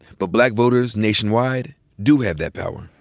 but black voters nationwide do have that power.